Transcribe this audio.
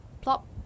plop